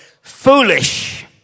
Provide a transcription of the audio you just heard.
foolish